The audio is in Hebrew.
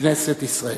בכנסת ישראל.